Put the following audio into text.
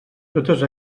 totes